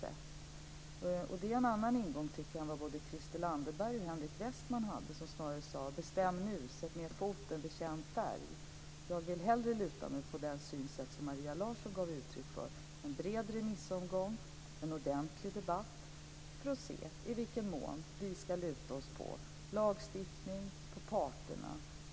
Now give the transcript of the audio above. Det tycker jag är en annan ingång än vad både Christel Anderberg och Henrik Westman hade som snarare sade: Bestäm nu, sätt ned foten och bekänn färg! Jag lutar mig hellre på det synsätt som Maria Larsson gav uttryck för, alltså en bred remissomgång och en ordentlig debatt för att se i vilken mån vi ska luta oss på lagstiftning och på parterna.